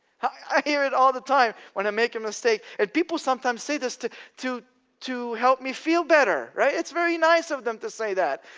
i i hear it all the time when i make a mistake, and people sometimes say this to to to help me feel better. right? it's very nice of them to say that,